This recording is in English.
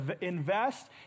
invest